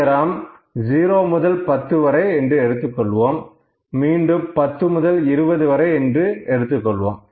உயரம் 0 முதல் 10 வரை என்று எடுத்துக்கொள்வோம் மீண்டும் 10 முதல் 20 வரை என்று எடுத்துக்கொள்வோம்